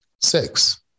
Six